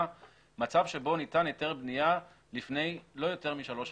מצב שבו ניתן היתר בנייה לפני לא יותר משלוש שנים.